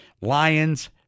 Lions –